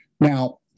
Now